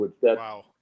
Wow